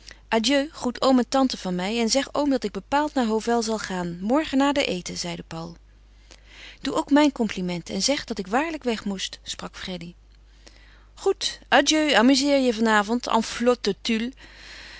groet oom en tante van mij en zeg oom dat ik bepaald naar hovel zal gaan morgen na den eten zeide paul doe ook mijn complimenten en zeg dat ik waarlijk weg moest sprak freddy goed adieu amuzeer je van avond